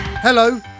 Hello